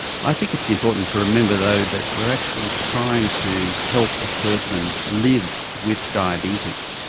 i think it's important to remember though that we are actually trying to help a person live with diabetes.